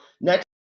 Next